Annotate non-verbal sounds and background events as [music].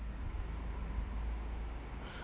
[breath]